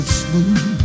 smooth